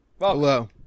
Hello